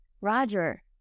Roger